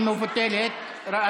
היא מבוטלת.